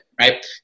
right